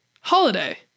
Holiday